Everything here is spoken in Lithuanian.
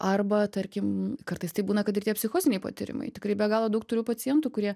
arba tarkim kartais tai būna kad ir tie psichoziniai patyrimai tikrai be galo daug turiu pacientų kurie